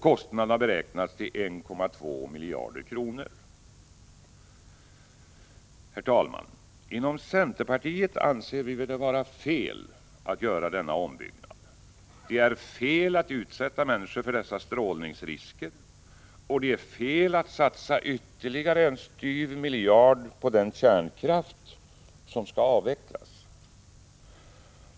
Kostnaden har beräknats till 1,2 miljarder kronor. Herr talman! Inom centerpartiet anser vi det vara fel att göra denna ombyggnad. Det är fel att utsätta människor för dessa strålningsrisker, och det är fel att satsa ytterligare en styv miljard på den kärnkraft som skall avvecklas.